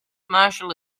marshal